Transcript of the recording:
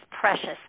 precious